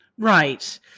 Right